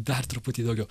dar truputį daugiau